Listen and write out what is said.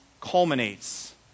culminates